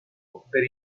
per